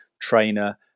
trainer